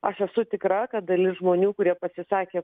aš esu tikra kad dalis žmonių kurie pasisakė